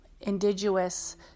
indigenous